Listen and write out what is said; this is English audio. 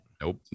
Nope